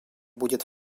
будет